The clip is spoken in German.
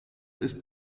ist